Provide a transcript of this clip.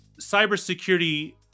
cybersecurity